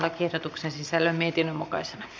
lakiehdotuksen sisällön mietinnön mukaisena